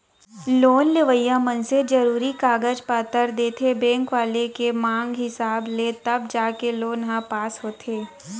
loan लेवइया मनसे जरुरी कागज पतर देथे बेंक वाले के मांग हिसाब ले तब जाके लोन ह पास होथे